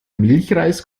milchreis